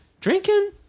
drinking